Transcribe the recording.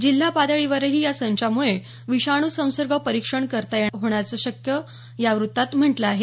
जिल्हा पातळीवरही या संचामुळे विषाणू संसर्ग परीक्षण करता येणं शक्य होणार असल्याचं या वृत्तात म्हटलं आहे